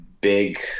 big